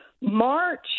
March